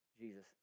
Jesus